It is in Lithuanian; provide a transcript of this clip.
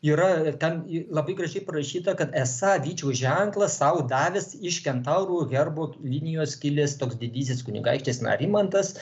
yra ten labai gražiai parašyta kad esą vyčio ženklą sau davęs iš kentaurų herbo linijos kilęs toks didysis kunigaikštis narimantas